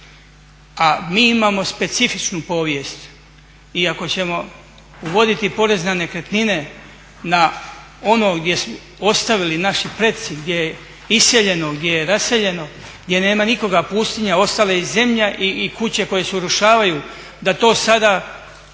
A mi imamo specifičnu povijest iako ćemo uvoditi porez na nekretnine na ono gdje su ostavili naši preci, gdje je iseljeno, gdje je raseljeno, gdje nema nikoga, pustinja, ostala je i zemlja i kuća koje su urušavaju da to sada